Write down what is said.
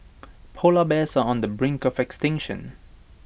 Polar Bears are on the brink of extinction